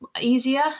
easier